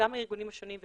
גם הארגונים השונים,